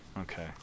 okay